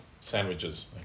sandwiches